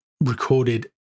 recorded